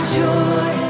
joy